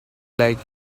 like